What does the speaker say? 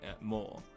more